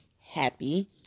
happy